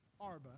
Arba